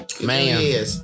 Man